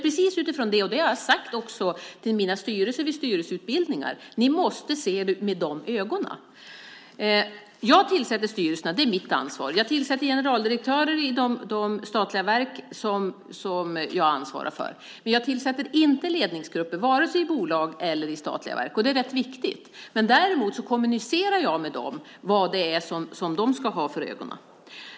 Jag har sagt till mina styrelser vid styrelseutbildningar att de måste se på detta med de ögonen. Jag tillsätter styrelserna. Det är mitt ansvar. Jag tillsätter generaldirektörer i de statliga verk som jag ansvarar för. Jag tillsätter inte ledningsgrupper vare sig i bolag eller i statliga verk. Det är viktigt. Däremot kommunicerar jag med dem om vad det är de ska ha för ögonen.